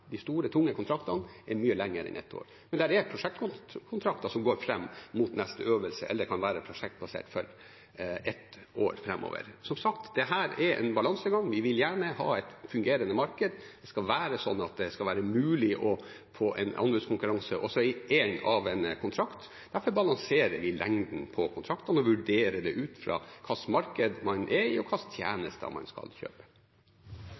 De store, tunge kontraktene varer mye lenger enn ett år. Men det er prosjektkontrakter som går fram mot neste øvelse, eller som kan være prosjektbasert for ett år framover. Som sagt, dette er en balansegang. Vi vil gjerne ha et fungerende marked. Det skal være sånn at det skal være mulig å få en anbudskonkurranse også i en kontrakt. Dette balanserer vi i lengden på kontraktene og vurderer det ut fra hva slags marked man er i, og hva slags tjenester man skal kjøpe.